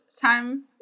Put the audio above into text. time